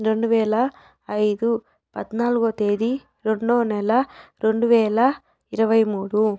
రెండు వేల ఐదు పద్నాలుగో తేదీ రెండో నెల రెండు వేల ఇరవై మూడు